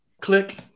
Click